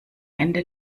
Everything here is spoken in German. ende